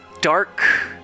dark